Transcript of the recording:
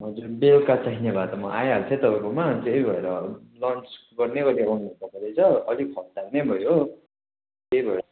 हजुर बेलुका चाहिने भए त म आइहाल्थेँ तपाईँकोमा त्यही भएर लन्च गर्ने गरी आउनुभएको रहेछ अलिक हतार नै भयो त्यही भएर